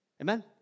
Amen